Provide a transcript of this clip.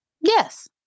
yes